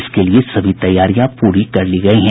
इसके लिए सभी तैयारियां पूरी कर ली गयी हैं